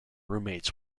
roommates